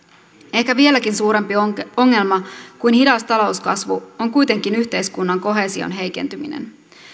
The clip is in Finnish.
ehkä vieläkin suurempi ongelma kuin hidas talouskasvu on kuitenkin yhteiskunnan koheesion heikentyminen